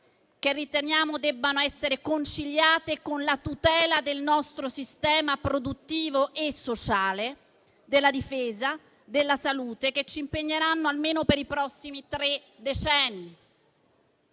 che riteniamo debbano essere conciliate con la tutela del nostro sistema produttivo e sociale, della difesa, della salute, che ci impegneranno almeno per i prossimi tre decenni.